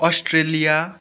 Australia